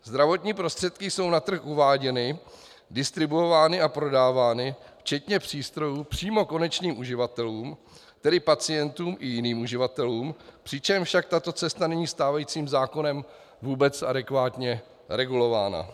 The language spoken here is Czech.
Zdravotní prostředky jsou na trh uváděny, distribuovány a prodávány včetně přístrojů přímo konečným uživatelům, tedy pacientům i jiným uživatelům, přičemž však tato cesta není stávajícím zákonem vůbec adekvátně regulována.